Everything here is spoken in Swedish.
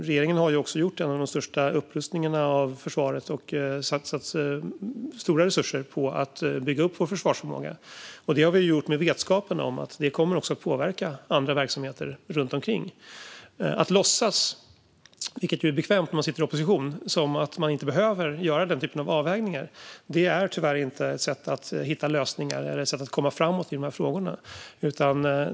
Regeringen har också gjort en av de största upprustningarna av försvaret och satsat stora resurser på att bygga upp vår försvarsförmåga. Det har vi gjort med vetskapen om att det kommer att påverka andra verksamheter runt omkring. Att låtsas som, vilket är bekvämt när man sitter i opposition, att man inte behöver göra den typen av avvägningar är tyvärr inte ett sätt hitta lösningar på eller komma framåt i de här frågorna.